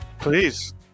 Please